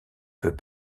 peut